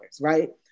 right